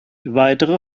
weitere